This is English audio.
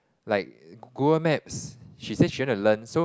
like Google Maps she said she want to learn so